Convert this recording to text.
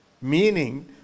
Meaning